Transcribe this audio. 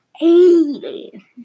eighty